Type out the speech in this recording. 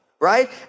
right